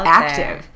active